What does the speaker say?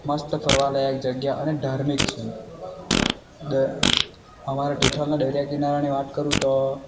મસ્ત ફરવા લાયક જગ્યા અને ધાર્મિક છે અમારે તીથલના દરિયા કિનારાની વાત કરું તો